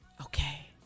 Okay